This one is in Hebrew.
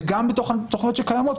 וגם בתוך התכניות הקיימות,